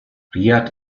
riad